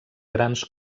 grans